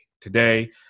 today